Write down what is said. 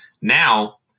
now